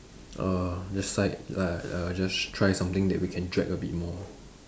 err let's like like uh just try something that we can drag a bit more